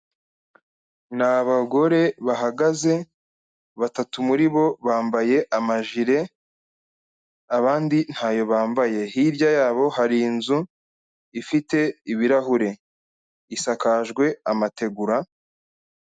Ni abagore bahagaze, batatu muri bo bambaye amajire, abandi ntayo bambaye, hirya y'abo hari inzu ifite ibirahure, isakajwe amategura.